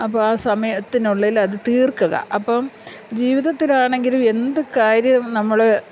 അപ്പം ആ സമയത്തിനുള്ളിൽ അത് തീർക്കുക അപ്പം ജീവിതത്തിലാണെങ്കിലും എന്ത് കാര്യം നമ്മൾ